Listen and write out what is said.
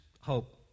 hope